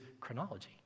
chronology